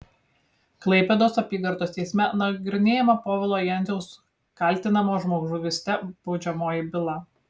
klaipėdos apygardos teisme nagrinėjama povilo jenciaus kaltinamo žmogžudyste baudžiamoji byla